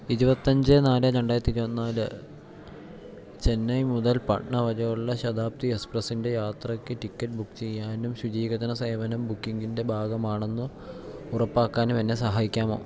ഇരുപത്തഞ്ച് നാല് രണ്ടായിരത്തി ഇരുപത്തി നാല് ചെന്നൈ മുതൽ പാട്ന വരെയുള്ള ശതാബ്ദി എക്സ്പ്രസ്സിൻറ്റെ യാത്രയ്ക്ക് ടിക്കറ്റ് ബുക്ക് ചെയ്യാനും ശുചീകരണ സേവനം ബുക്കിങ്ങിൻറ്റെ ഭാഗമാണെന്ന് ഉറപ്പാക്കാനുമെന്നെ സഹായിക്കാമോ